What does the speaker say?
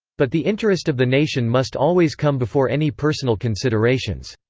but the interest of the nation must always come before any personal considerations.